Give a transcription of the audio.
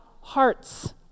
hearts